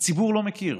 שהציבור לא מכיר,